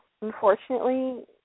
Unfortunately